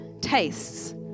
tastes